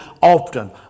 often